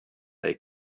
they